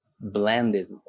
blended